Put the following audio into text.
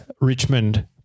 Richmond